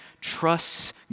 trusts